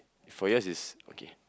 four yours is okay